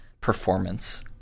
performance